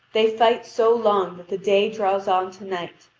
they fight so long that the day draws on to night,